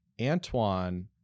Antoine